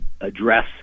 address